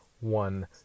One